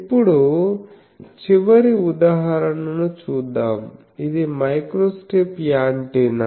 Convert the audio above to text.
ఇప్పుడు చివరి ఉదాహరణను చూద్దాము ఇది మైక్రోస్ట్రిప్ యాంటెన్నా